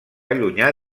allunyar